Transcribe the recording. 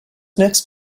next